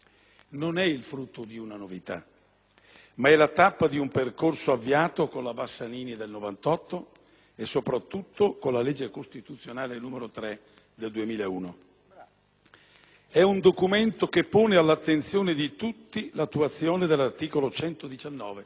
ma è la tappa di un percorso avviato con la legge Bassanini del 1998 e, soprattutto, con la legge costituzionale n. 3 del 2001. È un provvedimento che pone all'attenzione di tutti l'attuazione dell'articolo 119 della nostra Carta costituzionale.